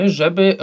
żeby